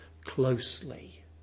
closely